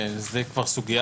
זו כבר סוגיה אחרת.